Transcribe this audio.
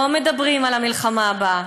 לא מדברים על המלחמה הבאה,